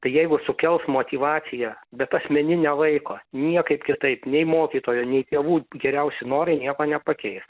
tai jeigu sukels motyvaciją bet asmeninę vaiko niekaip kitaip nei mokytojo nei tėvų geriausi norai nieko nepakeis